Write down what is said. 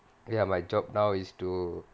ya my job now is to